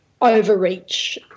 overreach